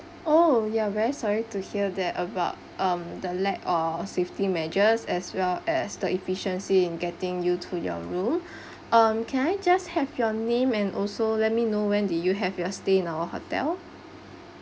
oh ya very sorry to hear that about um the lack of safety measures as well as the efficiency in getting you to your room um can I just have your name and also let me know when did you have your stay in our hotel